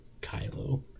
Kylo